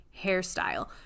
hairstyle